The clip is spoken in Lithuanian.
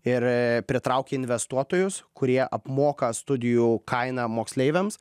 ir pritraukia investuotojus kurie apmoka studijų kainą moksleiviams